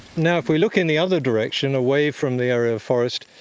now, if we look in the other direction, away from the area of forest,